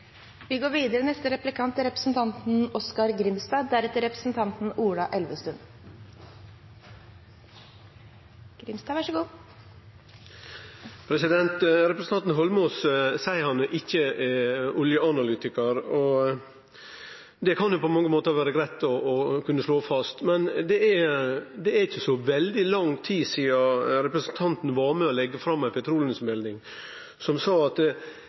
Representanten Eidsvoll Holmås seier at han ikkje er oljeanalytikar. Det kan det på mange måtar vere greitt å slå fast, men det er ikkje så veldig lenge sidan representanten Eidsvoll Holmås var med på å leggje fram ei petroleumsmelding som sa at